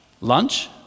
lunch